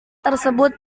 tersebut